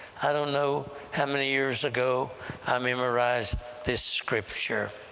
i don't know how many years ago i memorized this scripture.